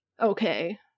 okay